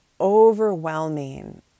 overwhelming